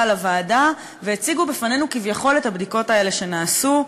לוועדה והציגו לפנינו כביכול את הבדיקות האלה שנעשו,